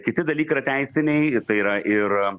kiti dalykai yra teisiniai ir tai yra ir